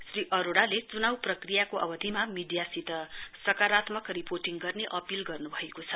श्री अरोड़ले च्नाउ प्रक्रियाको अवधिमा मीडियासित सकारात्मक रिपोर्टिङ गर्ने अपील गर्न्भएको छ